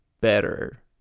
better